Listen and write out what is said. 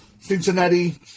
Cincinnati